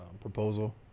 proposal